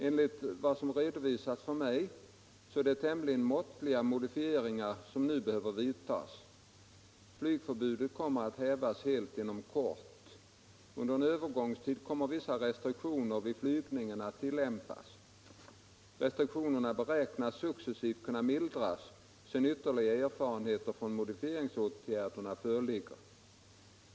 Enligt vad som redovisats för mig är det tämligen måttliga modifieringar som nu behöver vidtas. Flygförbudet kommer att hävas helt inom kort. Under en övergångstid kommer vissa restriktioner vid flygningen att tillämpas. Restriktionerna beräknas successivt kunna mildras sedan ytterligare erfarenheter från modifieringsåtgärder föreligger.